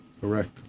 Correct